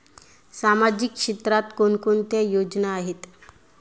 सामाजिक क्षेत्रात कोणकोणत्या योजना आहेत?